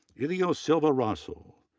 elio silva rossel,